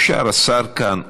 אפשר, השר כאן עונה,